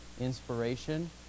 inspiration